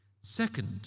Second